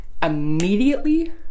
immediately